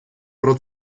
про